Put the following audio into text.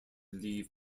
leave